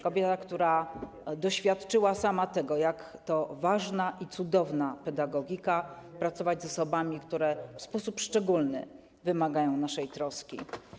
Kobieta, która sama doświadczyła tego, jak to ważna i cudowna pedagogika pracować z osobami, które w sposób szczególny wymagają naszej troski.